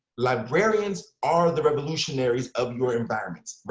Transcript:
librarians are the revolutionaries of your environments.